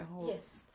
yes